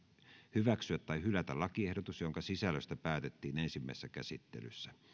hyväksyä tai hylätä lakiehdotus jonka sisällöstä päätettiin ensimmäisessä käsittelyssä